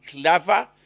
clever